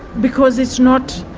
because it's not.